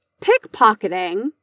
pickpocketing